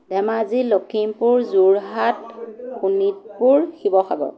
Dhemaji Lakhimpur Jorhat Sonitpur Sivasagar